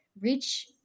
reach